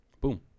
boom